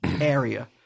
area